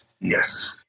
Yes